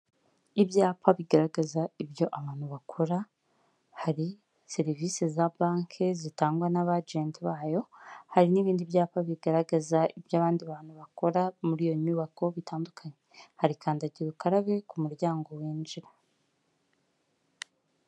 Ibyapa bigaragaza ibyo abantu bakora: hari serivisi za banki zitangwa n'abagenti bayo ,hari n'ibindi byapa bigaragaza ibyo abandi bantu bakora muri iyo nyubako bitandukanye. Hari kandagira ukarabe ku muryango winjira.